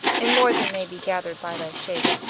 and more then may be gathered by thy shape.